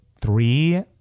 three